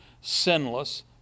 sinless